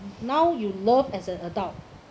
now you love as a adult